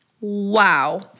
Wow